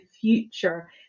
future